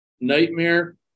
nightmare